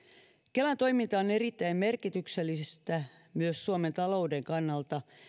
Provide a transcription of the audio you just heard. kelan toiminta on erittäin merkityksellistä myös suomen talouden kannalta